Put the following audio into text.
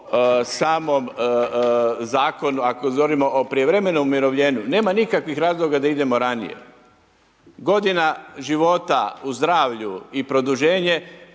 samom zakonu ako govorimo o prijevremenom umirovljenju, nema nikakvih razloga da idemo ranije. Godina života u zdravlju i produženje